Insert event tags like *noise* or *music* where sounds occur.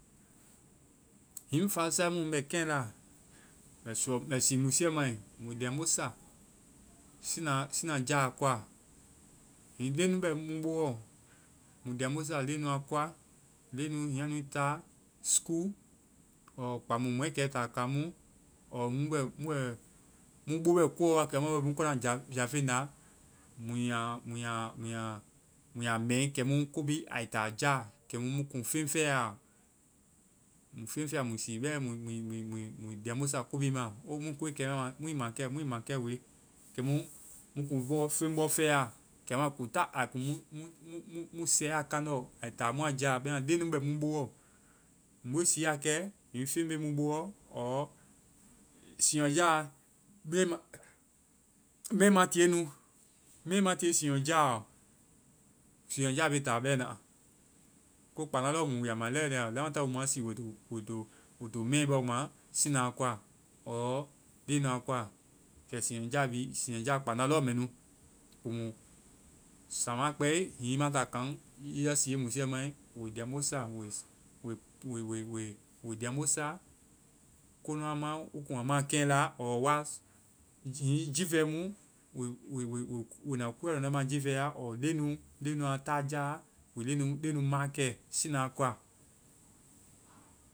Hiŋi ŋ fasae mu, mɛ kɛŋla, mɛ sɔ, mɛ sii musuɛ mai mui liamo sa siina-sinajáa koa. Hiŋi leŋnu bɛ mu booɔ, mui liamɔ sa leŋnua koa, leŋnu, hiŋi a nui táa school, ɔɔ kpan mu mɔɛkɛi taa kamu. ɔɔ mu bɛ, mu bɛ, mu boo bɛ koɔ wa, kɛmu a bɛ mu kɔna jaafeŋ nda. Mui a, mui a, mui a, mui a mɛi kɛmu kobi ai ta ja. Kɛmu mu kuŋ feŋ fɛyaɔ. Mui feŋ fɛya mui, mui. mui, mui sii bɛ mui liamo sa ko bi ma. Mu koe kɛ ma. Mui ma kɛ, mui ma kɛ we. Kɛmu mu kuŋ bɔ-feŋbɔ fɛya kɛmu a kuŋ ta a bi-mu, mu, mu sɛya kaŋndɔ. Ai ta mua jaa. Bɛma leŋnu bɛ mu boɔ. Mu be siia kɛ hiŋi feŋ be mu boɔ ɔɔ siinyɔjáa, mɛi ma-mɛi ma tiie nu, mɛi ma tiie siinyɔjáaɔ, siinyɔjáa be táa bɛna. Ko kpanda lɔɔ mu. Mui ya ma lɛolɛi ya. lamataŋ wo ma sii woe to mɛi bɔ ma siina a koa, ɔɔ leŋnu a koa, kɛ siinyɔjáa be, siinyɔjáa kpandá lɔɔ mɛ nu. Komu, samaa kpɛi, hiŋi i ma táa kaŋ, ya siie musiiɛ mai, woi liamo sa. Woi *hesitation* woi liamo sa, konu a ma, wo kuŋ a maa keŋla, ɔɔ wa-hiŋi jiifɛ mu, woi, woi, woi na kuɛ lɔŋndɔ́ ma jiifɛa ɔɔ leŋnu. Leŋnua táajáa. Woi leŋnu maakɛ siina a koa.